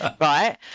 right